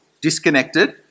disconnected